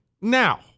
Now